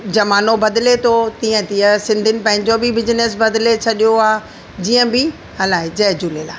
ज़मानो बदिले थो तीअं तीअं सिंधियुनि पंहिंजो बि बिजनिस बदिले छॾियो आहे जीअं बि हलाए जय झूलेलाल